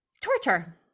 Torture